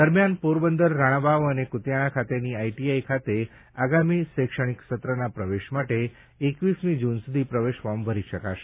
દરમિયાન પોરબંદર રાણાવાવ અને કુતિયાણા ખાતેની આઈટીઆઈ ખાતે આગામી શૈક્ષણિક સત્રના પ્રવેશ માટે એકવીસમી જૂન સુધી પ્રવેશ ફોર્મ ભરી શકાશે